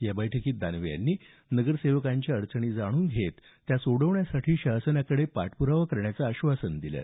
या बैठकीत दानवे यांनी नगरसेवकांच्या अडीअडचणी जाणून घेत त्या सोडवण्यासाठी शासनाकडे पाठप्रावा करण्याचं आश्वासन दिलं